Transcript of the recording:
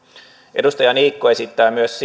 edustaja niikko esittää myös